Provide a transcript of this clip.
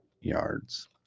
yards